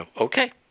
Okay